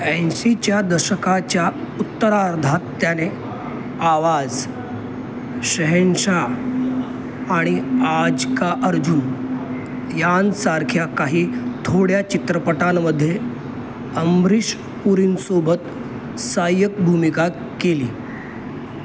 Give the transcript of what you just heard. ऐंशीच्या दशकाच्या उत्तरार्धात त्याने आवाज शहेनशा आणि आज का अर्जुन यांसारख्या काही थोड्या चित्रपटांमध्ये अमरीश पुरींसोबत साहाय्यक भूमिका केली